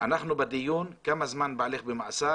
'אנחנו בדיון כמה זמן בעלך במאסר?